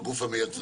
הגוף המייצג?